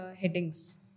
headings